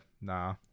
nah